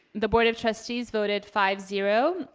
the board of trustees voted five zero